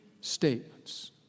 statements